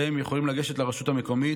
הן יכולות לגשת לרשות המקומית,